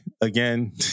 Again